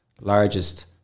largest